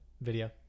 Video